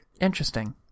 Interesting